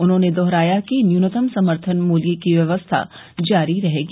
उन्होंने दोहराया कि न्यूनतम समर्थन मूल्य की व्यवस्था जारी रहेगी